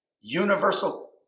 universal